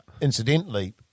incidentally